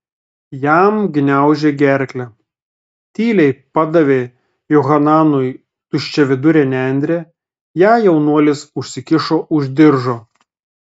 jam gniaužė gerklę tyliai padavė johananui tuščiavidurę nendrę ją jaunuolis užsikišo už diržo